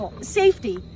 safety